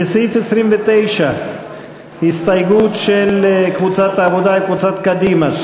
לסעיף 29 הסתייגות של קבוצת העבודה עם קבוצת קדימה,